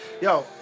Yo